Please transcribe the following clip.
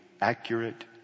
accurate